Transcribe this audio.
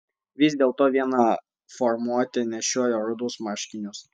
vis dėlto viena formuotė nešiojo rudus marškinius